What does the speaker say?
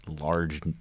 large